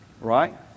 Right